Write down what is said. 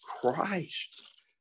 Christ